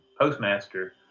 postmaster